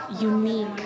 unique